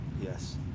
Yes